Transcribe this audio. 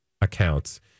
accounts